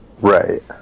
Right